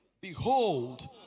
Behold